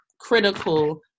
critical